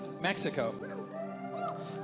Mexico